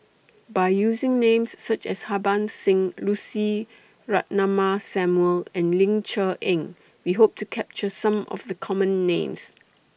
By using Names such as Harbans Singh Lucy Ratnammah Samuel and Ling Cher Eng We Hope to capture Some of The Common Names